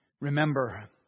Remember